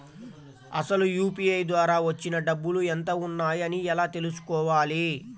అసలు యూ.పీ.ఐ ద్వార వచ్చిన డబ్బులు ఎంత వున్నాయి అని ఎలా తెలుసుకోవాలి?